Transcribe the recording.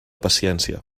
paciència